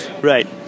right